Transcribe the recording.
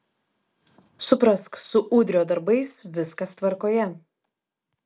suprask su udrio darbais viskas tvarkoje